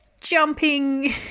jumping